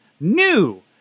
new